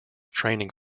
training